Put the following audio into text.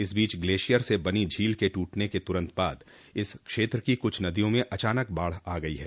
इस बीच ग्लेशियर से बनी झील के टूटने के तुरंत बाद इस क्षेत्र की कुछ नदियों में अचानक बाढ़ आ गई है